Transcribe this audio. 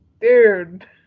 dude